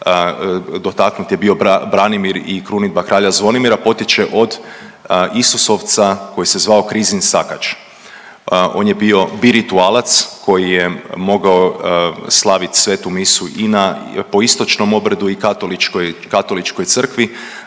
dotaknut je bio Branimir i krunidba kralja Zvonimira potječe od Isusovca koji se zvao Krizin Sakač. On je bio biritualac koji je mogao slavit Svetu misu i na po istočnom obredu i katoličkoj,